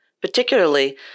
particularly